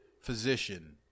physician